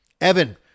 Evan